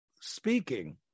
speaking